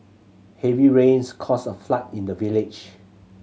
heavy rains caused a flood in the village